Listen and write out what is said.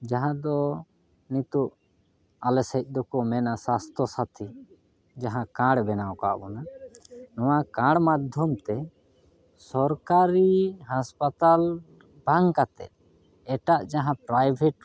ᱡᱟᱦᱟᱸ ᱫᱚ ᱱᱤᱛᱳᱜ ᱟᱞᱮ ᱥᱮᱫ ᱫᱚᱠᱚ ᱢᱮᱱᱟ ᱥᱟᱥᱛᱷᱚ ᱥᱟᱹᱛᱷᱤ ᱡᱟᱦᱟᱸ ᱠᱟᱲ ᱵᱮᱱᱟᱣ ᱟᱠᱟᱫ ᱵᱚᱱᱟ ᱱᱚᱣᱟ ᱠᱟᱲ ᱢᱟᱫᱽᱫᱷᱚᱢ ᱛᱮ ᱥᱚᱨᱠᱟᱨᱤ ᱦᱟᱥᱯᱟᱛᱟᱞ ᱵᱟᱝ ᱠᱟᱛᱮᱫ ᱮᱴᱟᱜ ᱡᱟᱦᱟᱸ ᱯᱮᱨᱟᱭᱵᱷᱮᱴ